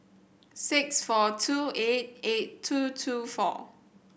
six four two eight eight two two four